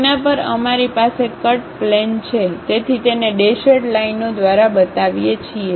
તેના પર અમારી પાસે કટ પ્લેન છે તેથી તેને ડેશેડ લાઇનો દ્વારા બતાવીએ છીએ